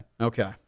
Okay